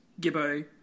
Gibbo